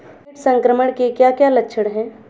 कीट संक्रमण के क्या क्या लक्षण हैं?